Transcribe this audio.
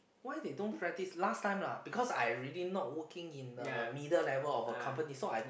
why they don't practice last time lah because I really not working in the middle level of the company so I